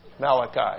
Malachi